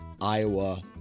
Iowa